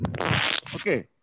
Okay